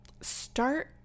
Start